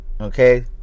okay